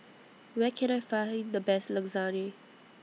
Where Can I Find The Best Lasagne